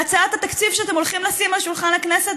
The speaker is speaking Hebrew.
בהצעת התקציב שאתם הולכים לשים על שולחן הכנסת